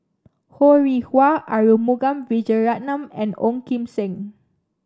Ho Rih Hwa Arumugam Vijiaratnam and Ong Kim Seng